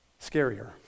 scarier